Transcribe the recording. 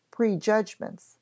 prejudgments